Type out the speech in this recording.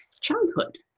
childhood